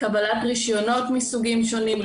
קבלת רישיונות מסוגים שונים,